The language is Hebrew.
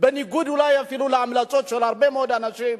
אולי אפילו בניגוד להמלצות של הרבה מאוד אנשים.